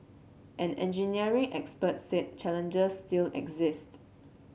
an engineering expert said challengers still exist